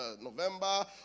November